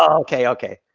um okay, okay.